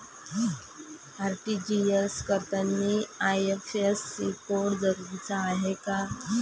RTGS करतांनी IFSC code जरुरीचा हाय का?